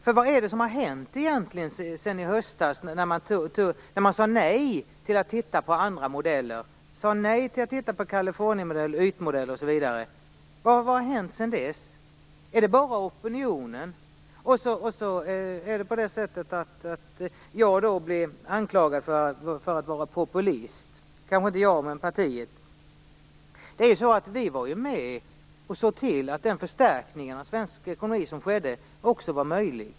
För vad är det egentligen som har hänt sedan i höstas när man sade nej till att titta på andra modeller, på Californiamodellen, ytmodellen osv.? Vad har hänt sedan dess? Handlar det bara om opinionen? Det var också så att jag blev anklagad för att vara populist - kanske inte jag men mitt parti. Men vi var ju med och såg till att det blev möjligt att förstärka svensk ekonomi på det sätt som också skedde.